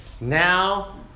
now